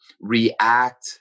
react